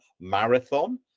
marathon